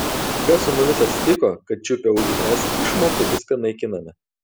kas su mumis atsitiko kad čiupę už es išmokų viską naikiname